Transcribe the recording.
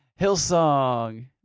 Hillsong